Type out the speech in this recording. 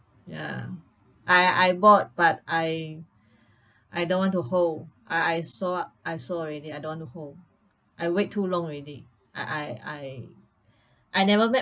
ya I I bought but I I don't want to hold I I saw I saw already I don't want to hold I wait too long already I I I I never make